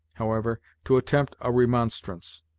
however, to attempt a remonstrance.